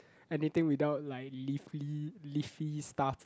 anything without like leafy leafy stuff